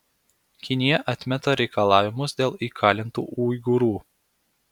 kinija atmeta reikalavimus dėl įkalintų uigūrų